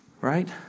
Right